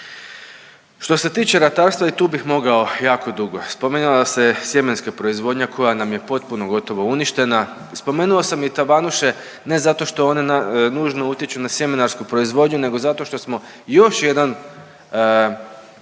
Što se tiče ratarstva i tu bih mogao jako dugo. Spominjala se sjemenska proizvodnja koja nam je potpuno gotovo uništena. Spomenuo sam i tavanuše, ne zato što one nužno utječu na sjemenarsku proizvodnju, nego zato što smo još jednu